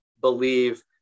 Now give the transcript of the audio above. believe